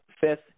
fifth